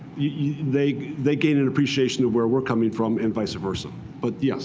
yeah they they gain an appreciation of where we're coming from and vice versa. but yes,